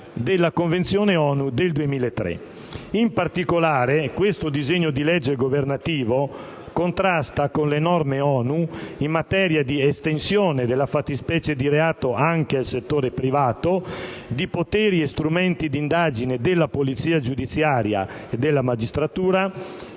della Convenzione ONU del 2003. In particolare, questo disegno di legge governativo contrasta con le norme ONU in materia di estensione delle fattispecie di reato (anche al settore privato), di poteri e strumenti di indagine alla polizia giudiziaria e alla magistratura,